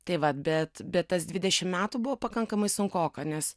tai va bet bet tas dvidešim metų buvo pakankamai sunkoka nes